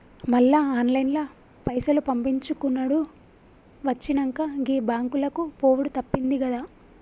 మళ్ల ఆన్లైన్ల పైసలు పంపిచ్చుకునుడు వచ్చినంక, గీ బాంకులకు పోవుడు తప్పిందిగదా